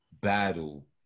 battle